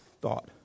thought